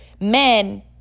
men